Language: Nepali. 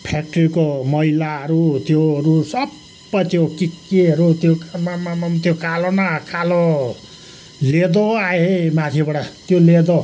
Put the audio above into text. फ्याक्ट्रीको मैलाहरू त्योहरू सबै त्यो के केहरू त्यो आम्माम त्यो कालो न कालो लेदो आयो है माथिबाट त्यो लेदो